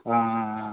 ஆ ஆ ஆ